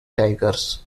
tigers